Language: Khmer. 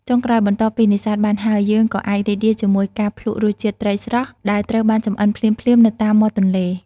ចុងក្រោយ បន្ទាប់ពីនេសាទបានហើយ យើងក៏អាចរីករាយជាមួយការ ភ្លក្សរសជាតិត្រីស្រស់ ដែលត្រូវបានចម្អិនភ្លាមៗនៅតាមមាត់ទន្លេ។